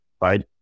right